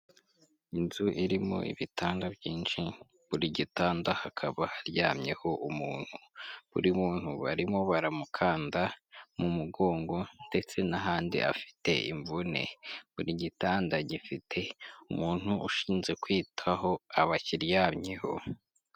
Inzu irimo ibitanda byinshi, buri gitanda hakaba haryamyeho umuntu. Buri muntu barimo baramukanda mu mugongo ndetse n'ahandi afite imvune. Buri gitanda gifite umuntu ushinzwe kwitaho abakiryamyeho.